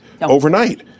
Overnight